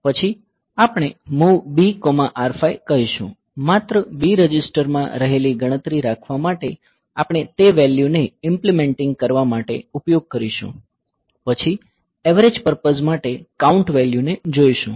પછી આપણે MOV BR5 કહીશું માત્ર B રજિસ્ટરમાં રહેલી ગણતરી રાખવા માટે આપણે તે વેલ્યૂને ઇંપ્લીમેંટિંગ કરવા માટે ઉપયોગ કરીશું પછી એવરેજ પર્પઝ માટે કાઉન્ટ વેલ્યુ ને જોઈશું